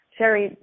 Sherry